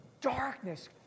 darkness